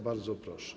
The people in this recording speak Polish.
Bardzo proszę.